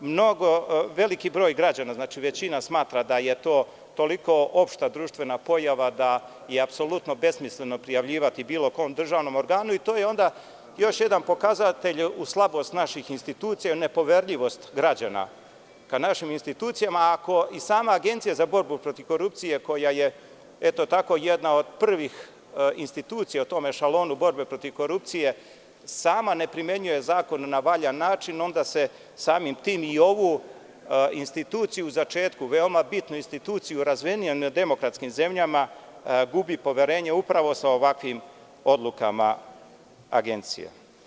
Veliki broj građana, većina, smatra da je to toliko opšta društvena pojava da je apsolutno besmisleno prijavljivati bilo kom državnom organu i to je onda još jedan pokazatelj u slabost naših institucija, nepoverljivost građana ka našim institucijama, a ako i sama Agencija za borbu protiv korupcije koja je eto tako jedna od prvih institucija o tome ešalonu, borbe protiv korupcije sama ne primenjuje zakon na valjan način, onda se samim tim i ovu instituciju u začetku veoma bitnu instituciju razmenio na demokratskim zemljama gubi poverenje upravo sa ovakvim odlukama agencije.